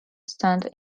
stand